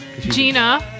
Gina